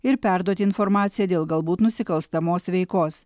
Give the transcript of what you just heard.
ir perduoti informaciją dėl galbūt nusikalstamos veikos